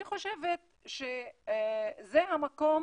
אני חושבת שזה המקום